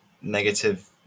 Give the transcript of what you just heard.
negative